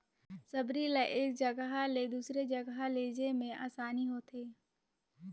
सबरी ल एक जगहा ले दूसर जगहा लेइजे मे असानी होथे